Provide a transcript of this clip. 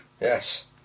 Yes